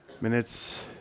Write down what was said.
Minutes